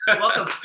Welcome